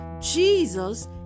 Jesus